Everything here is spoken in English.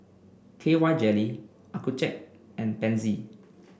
K Y Jelly Accucheck and Pansy